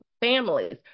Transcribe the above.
families